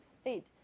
state